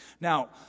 Now